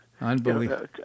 unbelievable